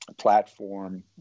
platform